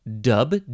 dub